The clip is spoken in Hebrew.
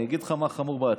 אני אגיד לך מה חמור בהצעה.